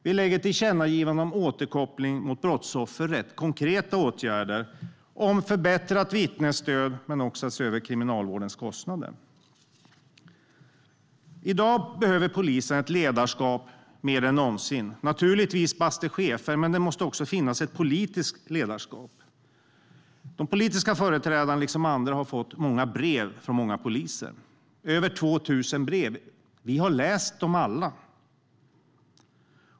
Vidare finns ett tillkännagivande om återkoppling till brottsoffer. Det är fråga om konkreta åtgärder, till exempel förbättrat vittnesstöd och att se över Kriminalvårdens kostnader. I dag behöver polisen mer än någonsin ett ledarskap. Naturligtvis ska det finnas chefer, men det måste också finnas ett politiskt ledarskap. De politiska företrädarna liksom andra har fått brev från många poliser. Det är fråga om över 2 000 brev. Vi har läst dem alla.